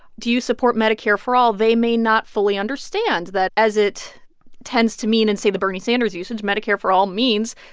do you support medicare for all, they may not fully understand that, as it tends to mean in, and say, the bernie sanders' usage, medicare for all means,